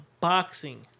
boxing